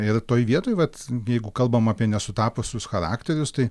ir toj vietoj vat jeigu kalbam apie nesutapusius charakterius tai